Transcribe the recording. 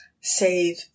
save